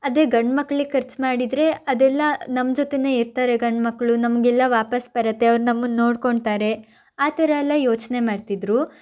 ಅದೇ ಗಂಡು ಮಕ್ಕಳಿಗೆ ಖರ್ಚು ಮಾಡಿದರೆ ಅದೆಲ್ಲ ನಮ್ಮ ಜೊತೆಯೇ ಇರ್ತಾರೆ ಗಂಡು ಮಕ್ಕಳು ನಮಗೆಲ್ಲ ವಾಪಸ್ಸು ಬರುತ್ತೆ ಅವರು ನಮ್ಮನ್ನು ನೋಡ್ಕೊತಾರೆ ಆ ಥರ ಎಲ್ಲ ಯೋಚನೆ ಮಾಡ್ತಿದ್ರು